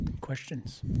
Questions